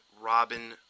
Robin